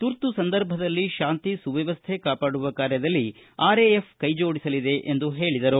ತುರ್ತು ಸಂದರ್ಭದಲ್ಲಿ ಶಾಂತಿ ಸುವ್ಯವಸ್ಥೆ ಕಾಪಾಡುವ ಕಾರ್ಯದಲ್ಲಿ ಆರ್ಎಎಫ್ ಕೈಜೋಡಿಸಲಿದೆ ಎಂದು ಹೇಳಿದರು